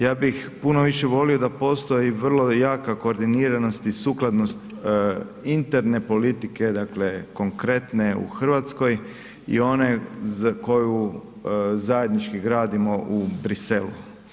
Ja bih puno više volio da postoj vrlo jaka koordiniranost i sukladnost interne politike, dakle konkretne u Hrvatskoj i one za koju zajednički gradimo u Briselu.